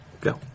Go